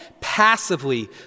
passively